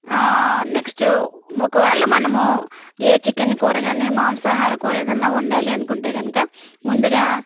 next ఒకవేళ మనము ఏ చికెన్ కూర కానీ మాంసాహార కూర ఏదన్న వండాలి అనుకుంటే కనుక ముందుగా